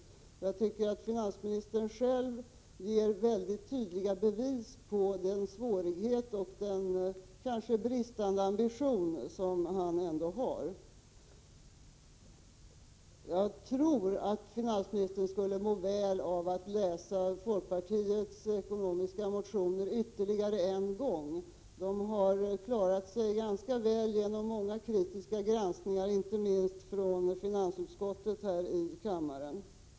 Jag tycker att finansministern själv ger väldigt tydliga bevis på den svårighet som han ändå har mött — och kanske också på en bristfällig ambition. Jag tror att finansministern skulle må väl av att läsa folkpartiets ekonomiska motioner ytterligare en gång. De har klarat sig ganska väl genom många kritiska granskningar, inte minst från finansutskottets sida, här i riksdagen.